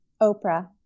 Oprah